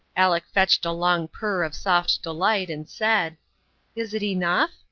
aleck fetched a long purr of soft delight, and said is it enough?